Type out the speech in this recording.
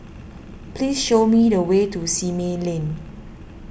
please show me the way to Simei Lane